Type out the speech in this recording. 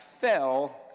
fell